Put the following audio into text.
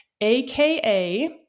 aka